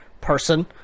person